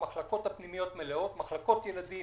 המחלקות הפנימיות מלאות, מחלקות הילדים